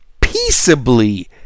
peaceably